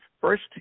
first